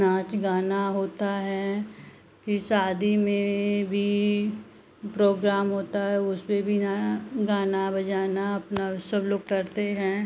नाच गाना होता है फिर शादी में भी प्रोग्राम होता है उसपे भी गाना बजाना अपना सब लोग करते हैं